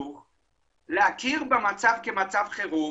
להכיר במצב כמצב חירום